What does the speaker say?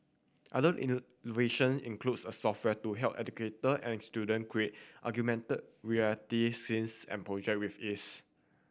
other innovation includes a software to help educator and student create augmented reality scenes and project with ease